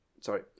sorry